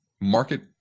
market